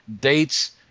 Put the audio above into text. dates